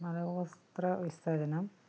മലമൂത്ര വിസർജ്ജനം